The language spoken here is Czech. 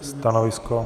Stanovisko?